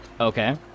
Okay